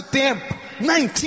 19